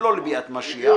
לא לביאת המשיח.